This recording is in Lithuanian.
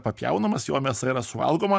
papjaunamas jo mėsa yra suvalgoma